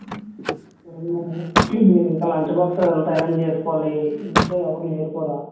అవును మేడం నేను ఇంకా లంచ్ బాక్స్ అది అరేంజ్ చేసుకోవాలి ఇంట్లో ఎవరు లేరు కూడా